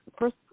first